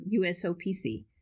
USOPC